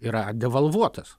yra devalvuotas